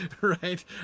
right